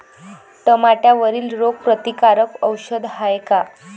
टमाट्यावरील रोग प्रतीकारक औषध हाये का?